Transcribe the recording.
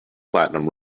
platinum